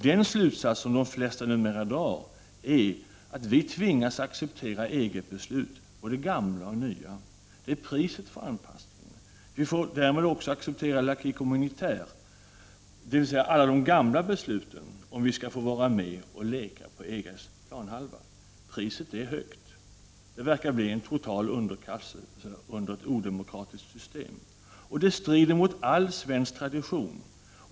Den slutsats som de flesta numera drar är att vi i Sverige tvingas acceptera både gamla och nya EG-beslut. Det är priset för anpassningen. Vi får där med även acceptera I'acquis communautaire, dvs. alla de gamla besluten, om vi skall få vara med och leka på EG:s planhalva. Priset är högt. Det verkar bli en total underkastelse under ett odemokratiskt system. Det strider mot all svensk tradition.